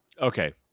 okay